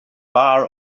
bar